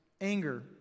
anger